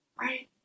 right